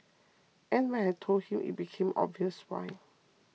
and when I told him it became obvious why